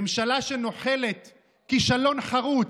ממשלה שנוחלת כישלון חרוץ,